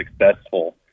successful